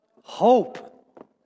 Hope